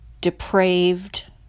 depraved